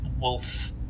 wolf